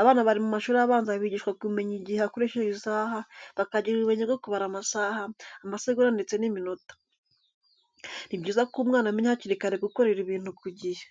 Abana bari mu mashuri abanza bigishwa kumenya igihe hakoreshejwe isaha, bakagira ubumenyi bwo kubara amasaha, amasegonda ndetse n'iminota. Ni byiza ko umwana amenya hakiri kare gukorera ibintu ku gihe.